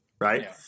right